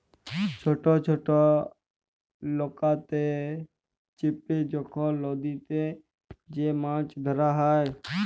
ছট ছট লকাতে চেপে যখল লদীতে যে মাছ ধ্যরা হ্যয়